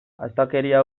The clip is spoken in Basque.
astakeria